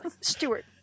Stewart